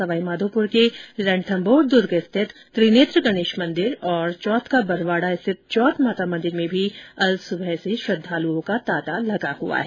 सवाई माधोपुर के रणथंभौर दुर्ग स्थित त्रिनेत्र गणेश मंदिर और चौथ का बरवाड़ा स्थित चौथ माता मंदिर में भी अल सुबह से श्रद्वालुओं का तांता लगा हुआ है